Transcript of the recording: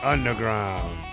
Underground